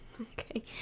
Okay